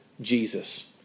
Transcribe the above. Jesus